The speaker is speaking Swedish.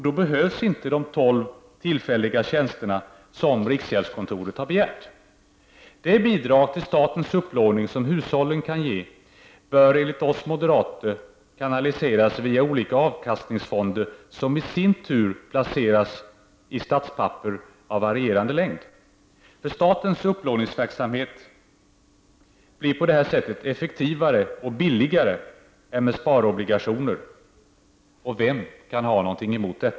Då skulle inte de 12 tillfälliga tjänsterna behövas som riksgäldskontoret har begärt att få. Det bidrag till statens upplåning som hushållen kan ge bör, tycker vi moderater, kanaliseras via olika avkastningsfonder, som i sin tur placeras i statspapper av varierande längd. Statens upplåningsverksamhet skulle på det sättet bli effektivare och billigare än systemet med sparobligationer. Och vem kan ha något emot det?